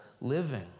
living